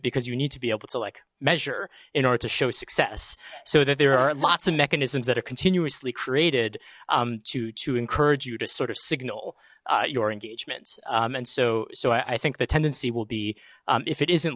because you need to be able to like measure in order to show success so that there are lots of mechanisms that are continuously created to to encourage you to sort of signal your engagement and so so i think the tendency will be if it isn't